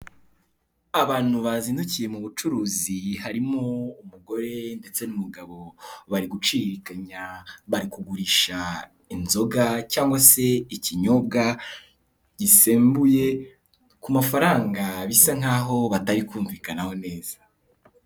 Abantu bazindukiye mu bucuruzi harimo umugore ndetse n'umugabo, bari guciririkanya, bari kugurisha inzoga cyangwa se ikinyobwa gisembuye, ku mafaranga bisa nk'aho batari kumvikanaho neza.